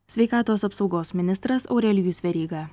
sveikatos apsaugos ministras aurelijus veryga